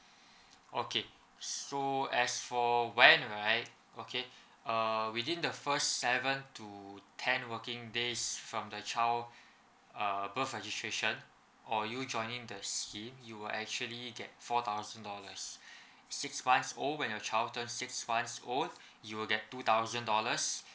okay so as for when right okay uh within the first seven to ten working days from the child uh birth registration or you joining the scheme you will actually get four thousand dollars six months old when your child turned six months old you'll get two thousand dollars